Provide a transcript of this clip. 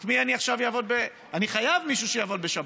את מי אני עכשיו אני חייב מישהו שיעבוד בשבת.